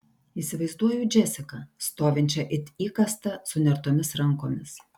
įsivaizduoju džesiką stovinčią it įkastą sunertomis rankomis